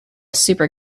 super